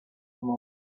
moment